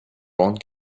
won’t